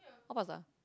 what pasta